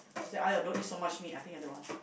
I say !aiya! don't eat so much meat I think I don't want